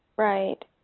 Right